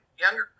younger